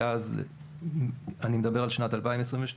אני מדבר על שנת 2022,